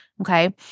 Okay